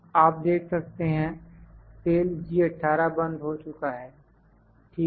आप देख सकते हैं सेल G18 बंद हो चुका है ठीक है